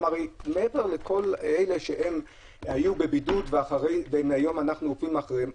הרי מעבר לכל אלה שהיו בבידוד והיום אנחנו עוקבים אחריהם,